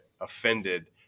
offended